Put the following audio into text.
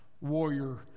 warrior